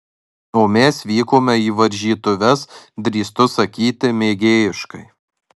o mes vykome į varžytuves drįstu sakyti mėgėjiškai